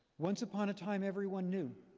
once upon a time, everyone knew.